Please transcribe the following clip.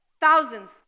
thousands